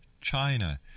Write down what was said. China